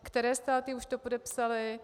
Které státy už to podepsaly.